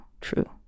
true